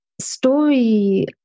story